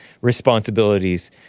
responsibilities